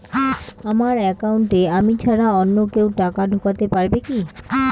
আমার একাউন্টে আমি ছাড়া অন্য কেউ টাকা ঢোকাতে পারবে কি?